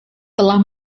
telah